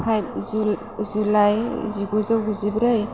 five July जिगुजौ गुजिब्रै